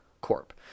Corp